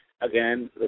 again